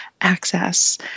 access